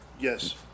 Yes